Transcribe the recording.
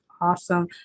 Awesome